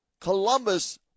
Columbus